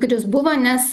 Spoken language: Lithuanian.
kuris buvo nes